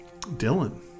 Dylan